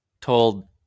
told